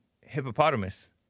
hippopotamus